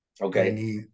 Okay